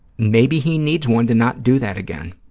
maybe he needs one to not do that again.